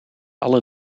alle